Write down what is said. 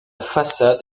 façade